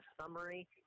summary